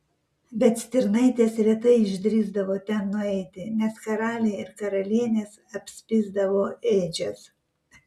bet stirnaitės retai išdrįsdavo ten nueiti nes karaliai ir karalienės apspisdavo ėdžias